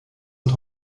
und